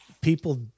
people